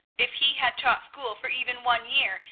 if he had taught school for even one year,